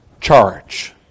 charge